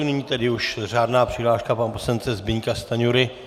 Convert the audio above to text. Nyní tedy už řádná přihláška pana poslance Zbyňka Stanjury.